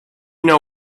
know